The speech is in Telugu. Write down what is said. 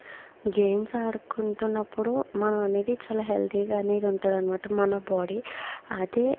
గేమ్స్ ఆడుకుంటున్నప్పుడు మనమనేది చాలా హెల్దీ గా అనేది ఉంటాదన్మాట మన బాడీ అదే